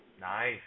Nice